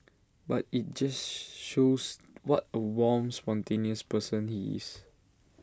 but IT just shows what A warm spontaneous person he is